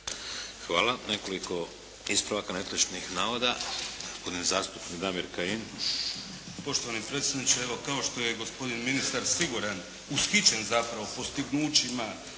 Hvala. Nekoliko ispravaka netočnih navoda. Gospodin zastupnik Damir Kajin. **Kajin, Damir (IDS)** Poštovani predsjedniče, evo kao što je gospodin ministar siguran, ushićen zapravo postignućima